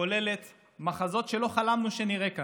הכוללת מחזות שלא חלמנו שנראה כאן.